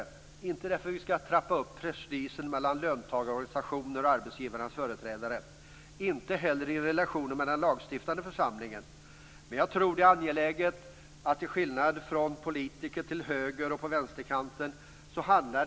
Det är inte därför att vi skall trappa upp prestigen mellan löntagarorganisationerna och arbetsgivarnas företrädare, och inte heller i relationen med den lagstiftande församlingen. Det är angeläget att säga att det inte handlar om att "välja sida", till skillnad från vad politiker på högeroch vänsterkanten menar.